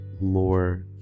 more